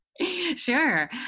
Sure